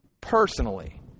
personally